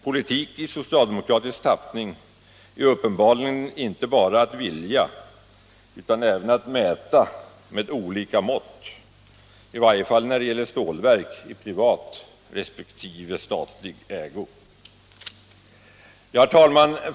Politik i socialdemokratisk tappning är uppenbarligen inte bara att vilja utan även att mäta med olika mått — i varje fall när det gäller stålverk i privat resp. statlig ägo. Herr talman!